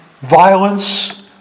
violence